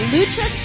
Lucha